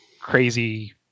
crazy